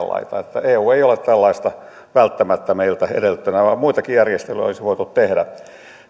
laita eu ei ole tällaista välttämättä meiltä edellyttänyt vaan muitakin järjestelyjä olisi voitu tehdä